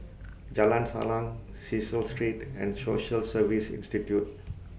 Jalan Salang Cecil Street and Social Service Institute